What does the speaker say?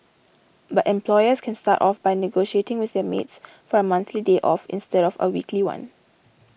but employers can start off by negotiating with their maids for a monthly day off instead of a weekly one